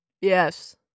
Yes